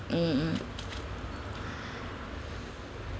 mm